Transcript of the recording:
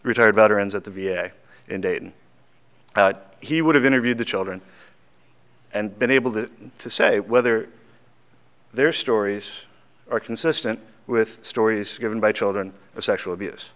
retired veterans at the v a in dayton he would have interviewed the children and been able to to say whether their stories are consistent with stories given by children of sexual abuse